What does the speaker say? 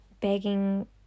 begging